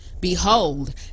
Behold